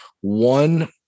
one